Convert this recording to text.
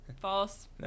false